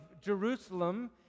Jerusalem